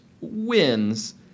wins